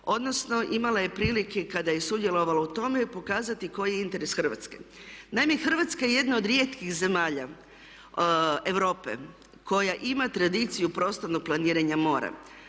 odnosno imala je prilike kada je sudjelovala u tome i pokazati koji je interes Hrvatske. Naime, Hrvatska je jedna od rijetkih zemalja Europe koja ima tradiciju prostornog planiranja morem.